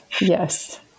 Yes